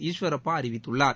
ஈஸ்வரப்பா அறிவித்துள்ளார்